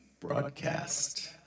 broadcast